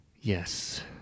yes